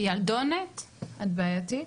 'ילדונת, את בעייתית'?